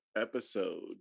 episode